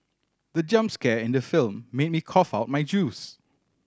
the jump scare in the film made me cough out my juice